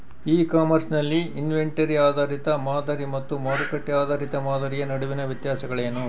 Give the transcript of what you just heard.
E commerce ನಲ್ಲಿ inventory ಆಧಾರಿತ ಮಾದರಿ ಮತ್ತು ಮಾರುಕಟ್ಟೆ ಆಧಾರಿತ ಮಾದರಿಯ ನಡುವಿನ ವ್ಯತ್ಯಾಸಗಳೇನು?